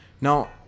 Now